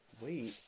Wait